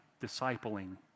discipling